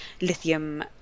lithium